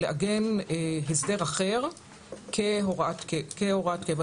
לעגן הסדר אחר כהוראת קבע.